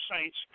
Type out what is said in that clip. saints